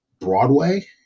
Broadway